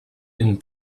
une